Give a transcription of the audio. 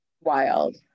wild